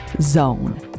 .zone